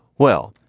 well,